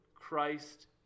Christ